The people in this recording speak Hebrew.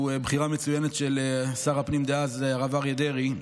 שהוא בחירה מצוינת של שר הפנים דאז הרב אריה דרעי,